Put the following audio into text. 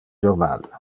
jornal